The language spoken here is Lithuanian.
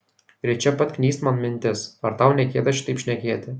ir čia pat knyst man mintis ar tau negėda šitaip šnekėti